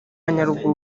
nyaruguru